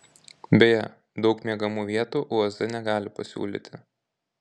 beje daug miegamų vietų uaz negali pasiūlyti